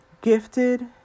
gifted